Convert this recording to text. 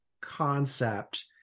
concept